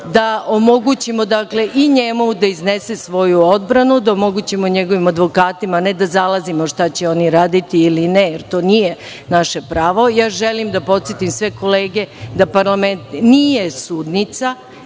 omogućimo da iznese svoju odbranu, da omogućimo njegovim advokatima, ne da zalazimo u ono što će oni raditi, ne, jer to nije naše pravo. Želim da podsetim sve kolege da parlament nije sudnica